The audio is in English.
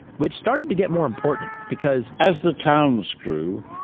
which started to get more important because, as the towns grew,